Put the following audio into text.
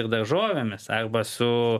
ir daržovėmis arba su